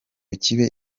kibe